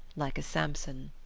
like a samson.